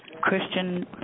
Christian